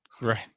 Right